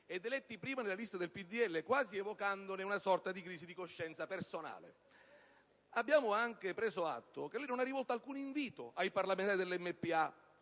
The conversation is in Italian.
eletti nelle liste del PdL, quasi evocandone una sorta di crisi di coscienza personale. Abbiamo anche preso atto che lei non ha rivolto alcun invito ai parlamentari del MPA,